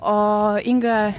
o inga